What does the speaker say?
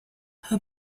her